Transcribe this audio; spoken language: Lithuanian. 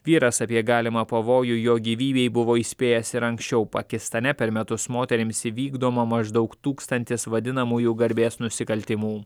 vyras apie galimą pavojų jo gyvybei buvo įspėjęs ir anksčiau pakistane per metus moterims įvykdoma maždaug tūkstantis vadinamųjų garbės nusikaltimų